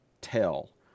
tell